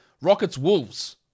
Rockets-Wolves